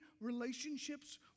relationships